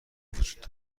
وجود